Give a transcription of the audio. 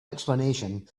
explanation